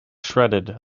shredded